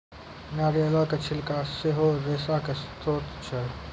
नारियलो के छिलका सेहो रेशा के स्त्रोत छै